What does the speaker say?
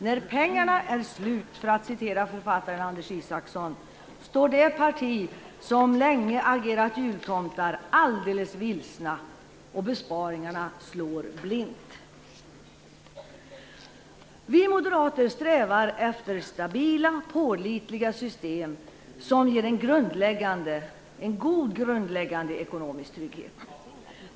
"När pengarna är slut", för att citera författaren Anders Isaksson, står det parti som länge agerat jultomtar alldeles vilsna och besparingarna tar slår blint. Vi moderater strävar efter stabila, pålitliga system, som ger en god, grundläggande ekonomisk trygghet.